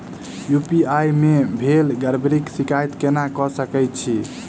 UPI मे भेल गड़बड़ीक शिकायत केना कऽ सकैत छी?